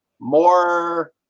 more